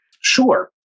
Sure